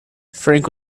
frank